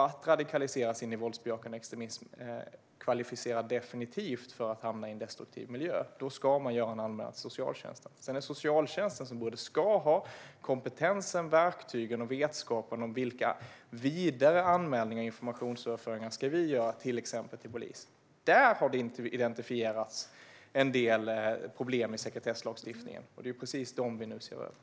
Att radikaliseras in i våldsbejakande extremism kvalificerar definitivt som att hamna i en destruktiv miljö. Då ska läraren göra en anmälan till socialtjänsten. Sedan ska socialtjänsten ha kompetens, verktyg och vetskap när det gäller vilka vidare anmälningar och informationsöverföringar som ska göras, till exempel till polisen. Där har det identifierats en del problem med sekretesslagstiftningen, och dem ska vi nu försöka komma till rätta med.